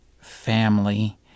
family